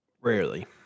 Rarely